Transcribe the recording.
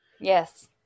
Yes